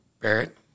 Barrett